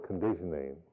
conditioning